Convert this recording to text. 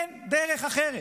אין דרך אחרת,